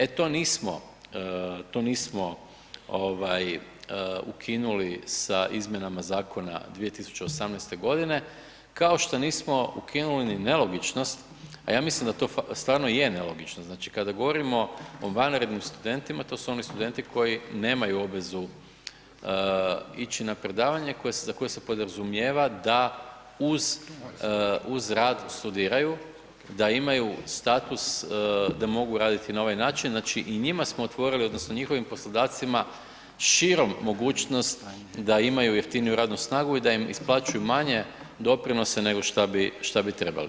E to nismo, to nismo ukinuli sa izmjenama zakona 2018. g., kao što nismo ukinuli ni nelogičnost, a ja mislim da to stvarno je nelogično, kad govorimo o vanrednim studentima, to su oni studenti koji nemaju obvezu ići na predavanje, za koje se podrazumijeva da uz rad studiraju, da imaju status da mogu raditi na ovaj način, znači i njima smo otvorili, odnosno njihovim poslodavcima širom mogućnost da imaju jeftiniju radnu snagu i da im isplaćuju manje doprinosa nego što bi trebali.